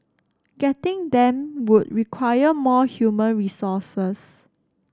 getting them would require more human resources